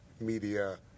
media